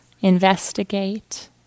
investigate